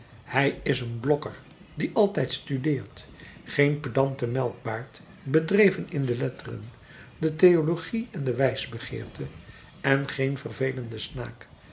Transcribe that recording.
hij is een blokker die altijd studeert geen pedante melkbaard bedreven in de letteren de theologie en de wijsbegeerte en geen vervelende snaak